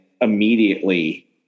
immediately